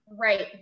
Right